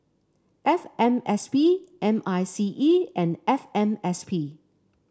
F M S P M I C E and F M S P